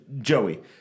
Joey